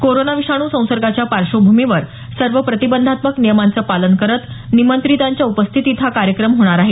corona विषाणू संसर्गाच्या पार्श्वभूमीवर सर्व प्रतिबंधात्मक नियमांचं पालन करत निमंत्रितांच्या उपस्थितीत हा कार्यक्रम होणार आहे